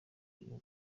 uyu